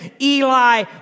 Eli